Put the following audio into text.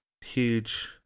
Huge